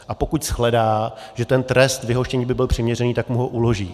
A pokud shledá, že trest vyhoštění by byl přiměřený, tak mu ho uloží.